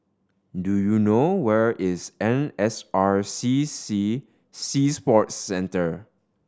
do you know where is N S R C C Sea Sports Centre